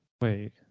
Wait